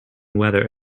whether